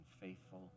faithful